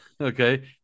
Okay